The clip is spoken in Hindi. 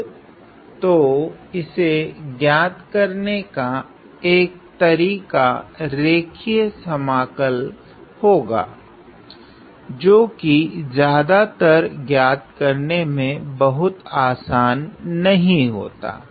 अब तो इसे ज्ञात करने का एक तरीका रैखिक समाकल होगा जो की ज़्यादातर ज्ञात करने मे बहुत आसान नहीं होता